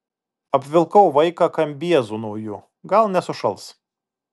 apvilkau vaiką kambiezu nauju gal nesušals